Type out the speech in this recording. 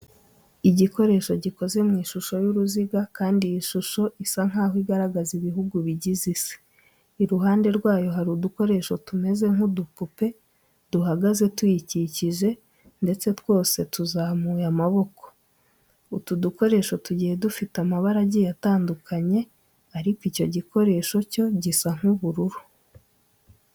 Igikoresho gikoze mu ishusho y'uruziga kandi iyi shusho isa nkaho igaragaza ibihugu bigize isi. Iruhande rwayo hari udukoresho tumeze nk'udupupe duhagaze tuyikikije ndetse twose tuzamuye amaboko. Utu dukoresho tugiye dufite amabara agiye atandukanye ariko icyo gikoresho cyo gisa nk'ubururu.